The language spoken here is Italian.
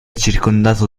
circondato